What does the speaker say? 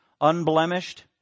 unblemished